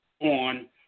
on